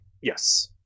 Yes